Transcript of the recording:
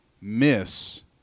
miss